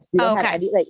Okay